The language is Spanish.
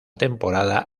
temporada